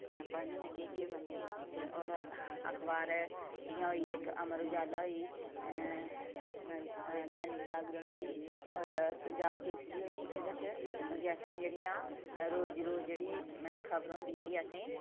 पढ़ने जां केह् केह् करने ते और अखबार जि'यां होई इक अमर उजाला होई दैनिक जागरन होई और पंजाब केसरी होई एह्दे च मतलब कि असें रोज दा रोज जेह्ड़ी खबर होंदा जेह्ड़े असें गी